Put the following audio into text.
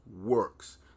works